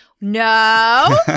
No